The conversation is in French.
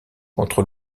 contre